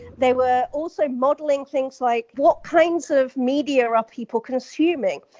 they were also modeling things like, what kinds of media are ah people consuming?